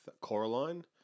Coraline